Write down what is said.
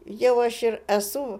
jau aš ir esu